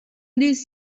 this